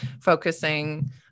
focusing